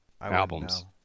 albums